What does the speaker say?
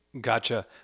Gotcha